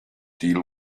deal